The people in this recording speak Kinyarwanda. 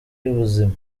y’ubuzima